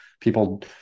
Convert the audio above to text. people